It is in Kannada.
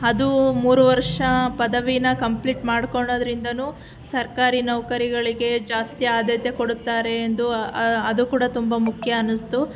ಅದು ಮೂರು ವರ್ಷ ಪದವಿನ ಕಂಪ್ಲೀಟ್ ಮಾಡ್ಕೊಳ್ಳೋದ್ರಿಂದನೂ ಸರ್ಕಾರಿ ನೌಕರಿಗಳಿಗೆ ಜಾಸ್ತಿ ಆದ್ಯತೆ ಕೊಡುತ್ತಾರೆ ಎಂದು ಅದು ಕೂಡ ತುಂಬ ಮುಖ್ಯ ಅನ್ನಿಸ್ತು